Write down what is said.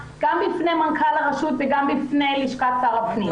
גם בפני מנכ"ל הרשות וגם בפני לשכת שר הפנים.